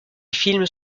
films